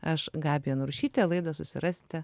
aš gabija narušytė laidą susirasite